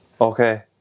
Okay